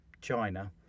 China